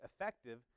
effective